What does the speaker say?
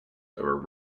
over